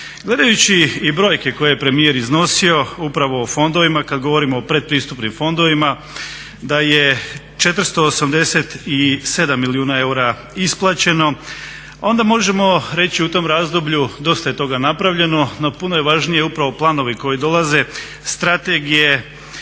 Gledajući i brojke koje je premijer iznosio upravo o fondovima, kada govorimo o predpristupnim fondovima da je 487 milijuna eura isplaćeno, onda možemo reći u tom razdoblju dosta je toga napravljeno no puno je važnije upravo planovi koji dolaze, strategije